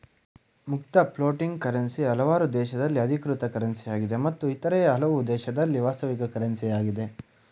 ಮುಕ್ತ floating currency ಹಲವಾರು ದೇಶದಲ್ಲಿ ಅಧಿಕೃತ ಕರೆನ್ಸಿಯಾಗಿದೆ ಮತ್ತು ಇತರ ಹಲವು ದೇಶದಲ್ಲಿ ವಾಸ್ತವಿಕ ಕರೆನ್ಸಿ ಯಾಗಿದೆ